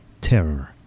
terror